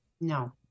no